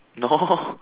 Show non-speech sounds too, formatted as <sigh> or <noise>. no <laughs>